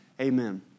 Amen